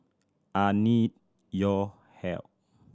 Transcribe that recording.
I need your help